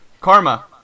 Karma